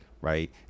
right